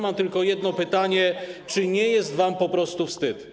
Mam tylko jedno pytanie: Czy nie jest wam po prostu wstyd?